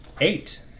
Eight